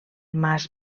mas